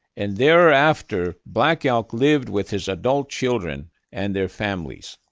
and thereafter, black elk lived with his adult children and their families.